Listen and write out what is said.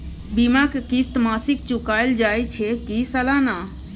बीमा के किस्त मासिक चुकायल जाए छै की सालाना?